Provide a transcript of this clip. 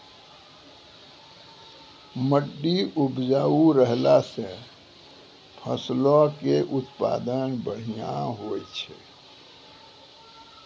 मट्टी उपजाऊ रहला से फसलो के उत्पादन बढ़िया होय छै